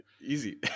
Easy